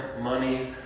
money